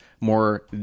more